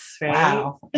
Wow